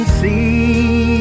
see